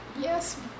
Yes